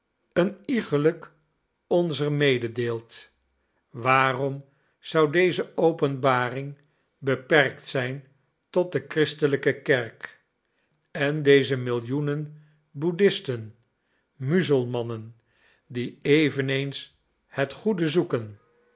een iegelijk onzer mededeelt waarom zou deze openbaring beperkt zijn tot de christelijke kerk en deze millioenen buddhisten muzelmannen die eveneens het goede zoeken